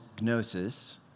gnosis